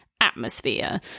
atmosphere